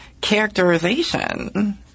characterization